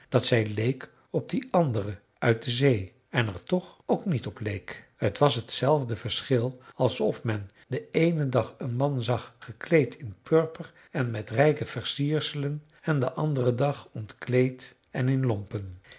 dat zij leek op die andere uit de zee en er toch ook niet op leek t was t zelfde verschil alsof men den eenen dag een man zag gekleed in purper en met rijke versierselen en den anderen dag ontkleed en in lompen